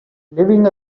living